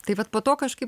tai vat po to kažkaip